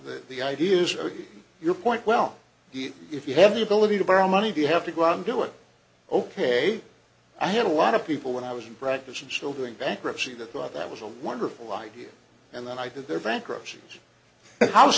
that the idea is your point well if you have the ability to borrow money do you have to go out and do it ok i had a lot of people when i was in practice and still doing bankruptcy that thought that was a wonderful idea and then i did their bankruptc